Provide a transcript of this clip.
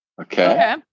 okay